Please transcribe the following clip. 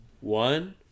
one